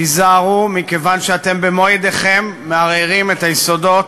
תיזהרו, מכיוון שאתם במו-ידיכם מערערים את היסודות